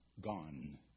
gone